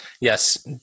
yes